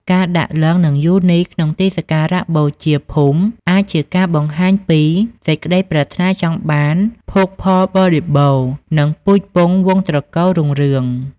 ការដាក់លីង្គ និងយោនីក្នុងទីសក្ការៈបូជាភូមិ អាចជាការបង្ហាញពីសេចក្តីប្រាថ្នាចង់បានភោគផលបរិបូរណ៍ និងពូជពង្សវង្សត្រកូលរុងរឿង។